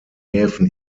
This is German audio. häfen